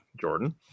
jordan